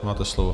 Máte slovo.